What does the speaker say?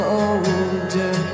older